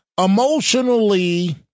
Emotionally